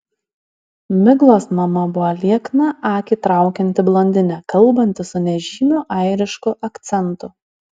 miglos mama buvo liekna akį traukianti blondinė kalbanti su nežymiu airišku akcentu